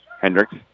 Hendricks